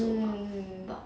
mm mm